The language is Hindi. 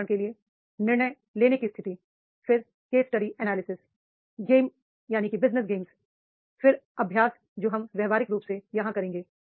उदाहरण के लिए निर्णय लेने की स्थिति फिर case study analysis business game फिर अभ्यास जो हम व्यावहारिक रूप से यहां करेंगे